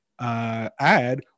Ad